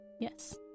Yes